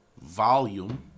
volume